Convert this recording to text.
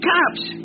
Cops